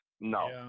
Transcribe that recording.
No